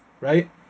right